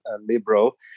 liberal